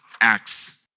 Acts